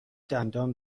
دندان